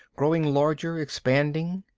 growing larger, expanding.